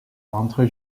entre